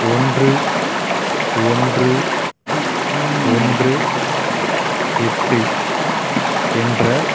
ஒன்று ஒன்று ஒன்று எட்டு என்ற